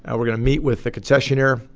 and we're going to meet with the concessionaire,